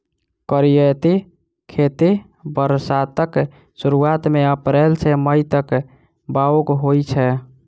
करियौती खेती बरसातक सुरुआत मे अप्रैल सँ मई तक बाउग होइ छै